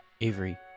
Avery